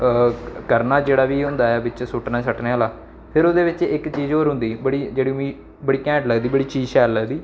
करना जेह्ड़ा बी होंदा ऐ बिच्च सुट्टने सट्टने आह्ला फिर ओह्दे बिच्च इक चीज होर होंदी बड़ी जेह्ड़ी मीं बड़ी कैंट लगदी बड़ी चीज शैल लगदी